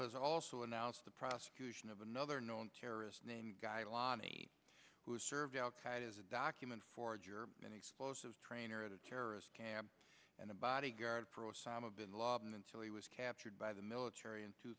has also announced the prosecution of another known terrorist named guy lani who served al qaeda as a document forger an explosive trainer at a terrorist camp and a bodyguard for osama bin laden until he was captured by the military in two